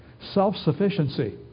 Self-sufficiency